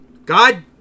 God